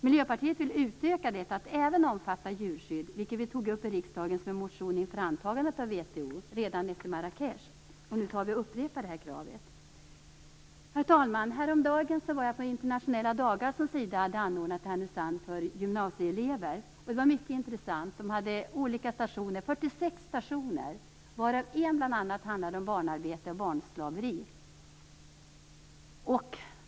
Miljöpartiet vill utöka detta till att även omfatta djurskydd, vilket vi tog upp i riksdagen i en motion inför antagandet av WTO-avtalet redan efter Marrakech, och nu upprepar vi detta krav. Herr talman! Häromdagen var jag på internationella dagar som Sida hade ordnat i Härnösand för gymnasieelever. Det var mycket intressant. Man hade 46 olika stationer, varav en bl.a. handlade om barnarbete och barnslaveri.